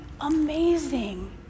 amazing